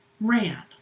Ran